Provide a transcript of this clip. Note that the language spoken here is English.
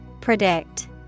Predict